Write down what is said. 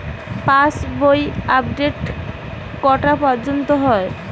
পাশ বই আপডেট কটা পর্যন্ত হয়?